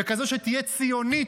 כזאת שתהיה ציונית,